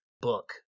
book